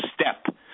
step